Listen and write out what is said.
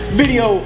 video